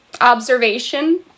Observation